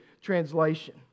Translation